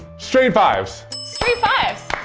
straight fives. straight fives.